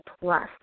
plus